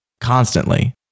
constantly